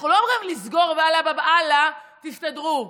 אנחנו לא אומרים לסגור ועלא באב אללה, תסתדרו.